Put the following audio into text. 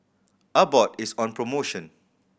Abbott is on promotion